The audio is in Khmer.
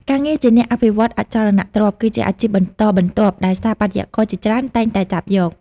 ការងារជាអ្នកអភិវឌ្ឍន៍អចលនទ្រព្យ គឺជាអាជីពបន្តបន្ទាប់ដែលស្ថាបត្យករជាច្រើនតែងតែចាប់យក។